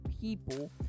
people